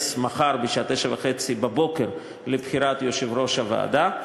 מחר בשעה 09:30 לבחירת יושב-ראש הוועדה,